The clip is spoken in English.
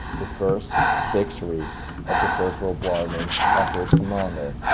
the first victory of the first world war named after its commander,